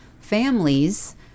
families